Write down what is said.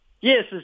Yes